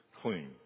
clean